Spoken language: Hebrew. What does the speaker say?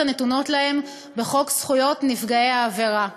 הנתונות להם בחוק זכויות נפגעי העבירה.